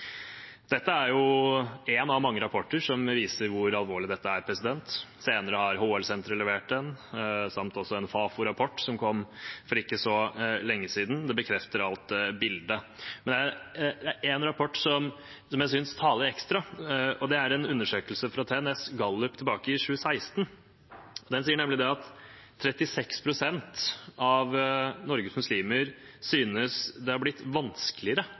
Dette er en av mange rapporter som viser hvor alvorlig dette er. Senere har HL-senteret levert en, og for ikke så lenge siden kom det en Fafo-rapport som bekrefter alt i dette bildet. Men det er en rapport som jeg synes taler ekstra, og det er en undersøkelse fra TNS Gallup tilbake i 2016. Den sier at 36 pst. av Norges muslimer synes det er blitt vanskeligere